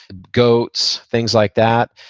goats, things like that.